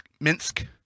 Minsk